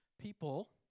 people